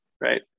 right